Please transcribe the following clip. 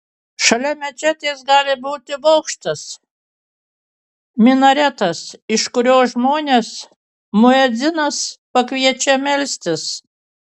šalia mečetės gali būti bokštas minaretas iš kurio žmones muedzinas kviečia melstis